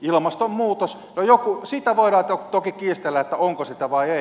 ilmastonmuutos no siitä voidaan toki kiistellä onko sitä vai ei